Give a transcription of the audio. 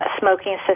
smoking